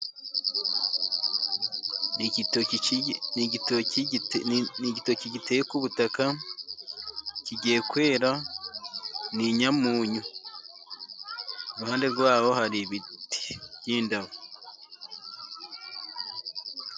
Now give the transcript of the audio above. Ni igitoki giteye ku butaka kigiye kwera. Ni inyamunyu. Iruhande rwaho hari ibiti by'indabo.